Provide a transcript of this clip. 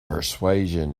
persuasion